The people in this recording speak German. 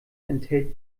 enthält